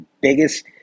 biggest